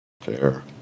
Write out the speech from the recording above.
Fair